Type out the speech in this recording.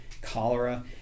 cholera